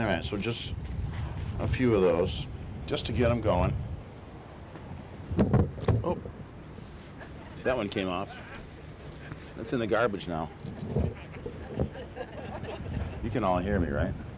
all right so just a few of those just to get them going oh that one came off that's in the garbage now you can all hear me right